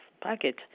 package